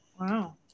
Wow